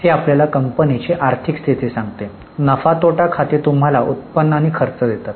ती आपल्याला कंपनीची आर्थिक स्थिती सांगते नफा तोटा खाते तुम्हाला उत्पन्न आणि खर्च देतात